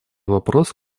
вопрос